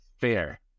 Fair